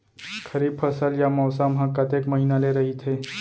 खरीफ फसल या मौसम हा कतेक महिना ले रहिथे?